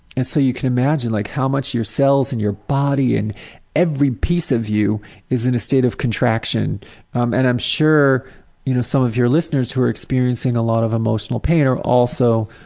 and so you can imagine like how much your cells and your body, and every piece of you is in a state of contraction um and i'm sure you know some of your listeners who are experiencing a lot of emotional pain are also,